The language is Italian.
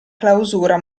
clausura